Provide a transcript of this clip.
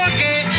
Okay